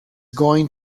going